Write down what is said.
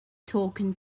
talking